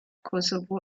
kosovo